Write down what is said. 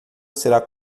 será